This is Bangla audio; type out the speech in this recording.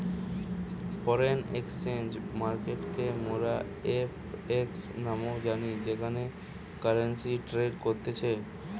ফরেন এক্সচেঞ্জ মার্কেটকে মোরা এফ.এক্স নামেও জানি যেখানে কারেন্সি ট্রেড করতিছে